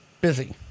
busy